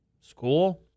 School